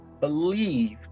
believed